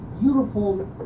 beautiful